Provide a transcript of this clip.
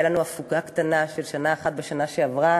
הייתה לנו הפוגה קטנה של שנה אחת בשנה שעברה,